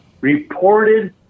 reported